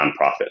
nonprofit